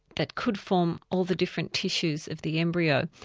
that could form all the different tissues of the embryo.